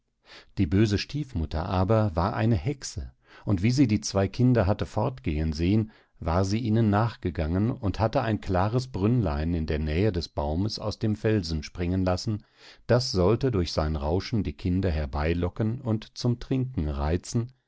die böse stiefmutter aber war eine hexe und wie sie die zwei kinder hatte fortgehen sehen war sie ihnen nachgegangen und hatte ein klares brünnlein in der nähe des baums aus dem felsen springen lassen das sollte durch sein rauschen die kinder herbeilocken und zum trinken reizen